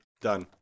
Done